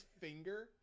finger